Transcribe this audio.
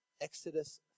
Exodus